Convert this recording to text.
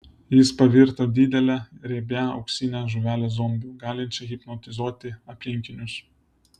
jis pavirto didele riebia auksine žuvele zombiu galinčia hipnotizuoti aplinkinius